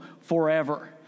forever